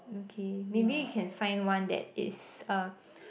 okay maybe we can find one that is uh